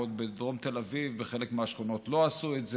בעוד בדרום תל אביב בחלק מהשכונות לא עשו את זה.